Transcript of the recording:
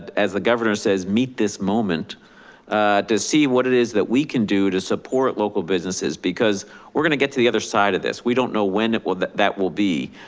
as the governor says, meet this moment to see what it is that we can do to support local businesses because we're gonna get to the other side of this. we don't know when it will, that that will be.